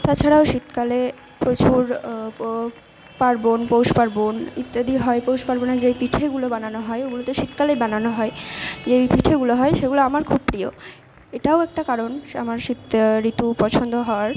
তাছাড়াও শীতকালে প্রচুর পার্বণ পৌষপার্বণ ইত্যাদি হয় পৌষপার্বণে যে পিঠেগুলো বানানো হয় ওগুলো তো শীতকালেই বানানো হয় যেই পিঠেগুলো হয় সেগুলো আমার খুব প্রিয় এটাও একটা কারণ আমার শীত ঋতু পছন্দ হওয়ার